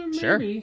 Sure